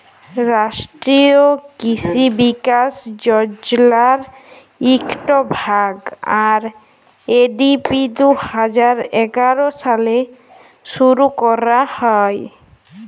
রাষ্ট্রীয় কিসি বিকাশ যজলার ইকট ভাগ, আর.এ.ডি.পি দু হাজার এগার সালে শুরু ক্যরা হ্যয়